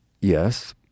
yes